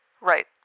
Right